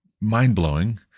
mind-blowing